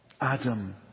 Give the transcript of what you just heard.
Adam